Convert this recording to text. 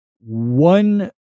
one